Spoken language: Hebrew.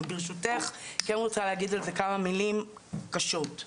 אני ברשותך רוצה להגיד כמה מילים קשות.